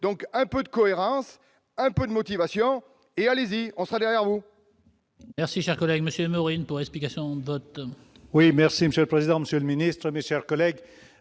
Donc, un peu de cohérence, un peu de motivation, et allez-y, nous serons derrière vous